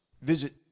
visit